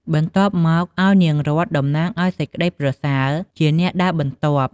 បន្ទាប់មកឲ្យនាងរតន៍ តំណាងឱ្យសេចក្តីប្រសើរជាអ្នកដើរបន្ទាប់។